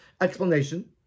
explanation